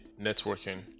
networking